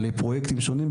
על פרוייקטים שונים,